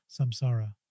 samsara